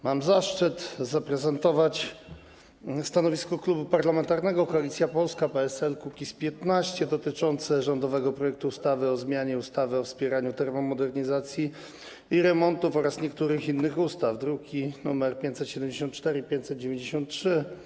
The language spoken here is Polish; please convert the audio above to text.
Mam zaszczyt zaprezentować stanowisko Klubu Parlamentarnego Koalicja Polska - PSL - Kukiz15 dotyczące rządowego projektu ustawy o zmianie ustawy o wspieraniu termomodernizacji i remontów oraz niektórych innych ustaw, druki nr 574 i 593.